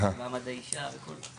לדוגמה מעמד האישה וכולי.